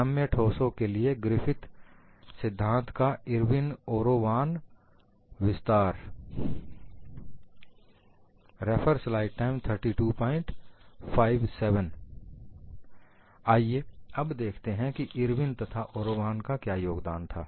नम्य ठोसों के लिए ग्रिफिथ सिद्धांत का इर्विन ओरोवान विस्तार Irwin Orowan extension of Griffith's theory to ductile solids आइए अब देखते हैं कि इरविन एवं ओरोवान का क्या योगदान था